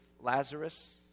Lazarus